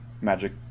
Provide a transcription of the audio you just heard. Magic